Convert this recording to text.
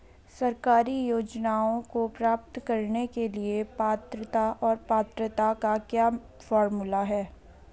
सरकारी योजनाओं को प्राप्त करने के लिए पात्रता और पात्रता का क्या फार्मूला है?